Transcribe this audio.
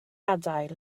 adael